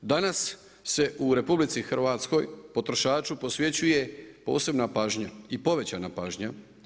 Danas se u RH potrošaču posvećuje posebna pažnja i povećana pažnja.